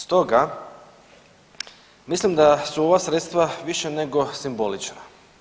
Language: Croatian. Stoga mislim da su ova sredstva više nego simbolična.